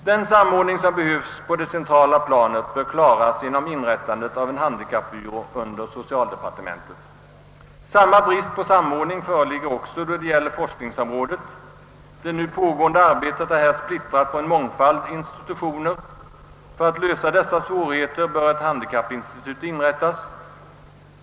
Den samordning som behövs på det centrala planet bör klaras genom inrättandet av en handikappbyrå under socialdepartementet. Samma brist på samordning föreligger också då det gäller forskningsområdet. Det nu pågående arbetet är här splittrat på en mångfald institutioner. För att lösa dessa svårigheter bör ett handikappinstitut inrättas.